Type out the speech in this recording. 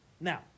Now